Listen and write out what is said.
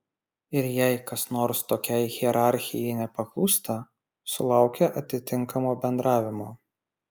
ir jei kas nors tokiai hierarchijai nepaklūsta sulaukia atitinkamo bendravimo